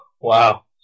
Wow